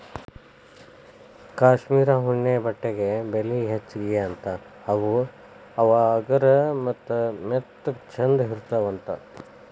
cashmere ಉಣ್ಣೆ ಬಟ್ಟೆಗೆ ಬೆಲಿ ಹೆಚಗಿ ಅಂತಾ ಅವ ಹಗರ ಮತ್ತ ಮೆತ್ತಗ ಚಂದ ಇರತಾವಂತ